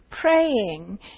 praying